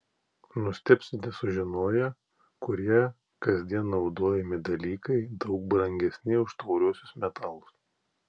nustebsite sužinoję kurie kasdien naudojami dalykai daug brangesni už tauriuosius metalus